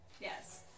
Yes